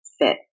fit